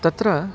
तत्र